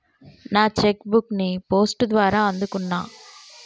నా cheque book ని post ద్వారా అందుకున్నా